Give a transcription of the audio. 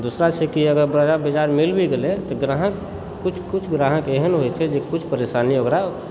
दोसरा छै कि अगर बड़ा बाजार मिल भी गेलय तऽ ग्राहक किछु किछु ग्राहक एहन होइत छै जे कुछ परेशानी ओकरा